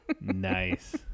Nice